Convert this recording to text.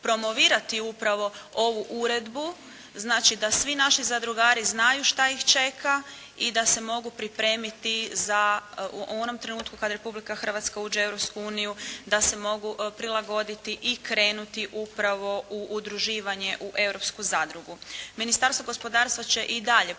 promovirati upravo ovu uredbu, znači da svi naši zadrugari znaju šta ih čeka i da se mogu pripremiti za, u onom trenutku kad Republika Hrvatska uđe u Europsku uniju da se mogu prilagoditi i krenuti upravo u udruživanje u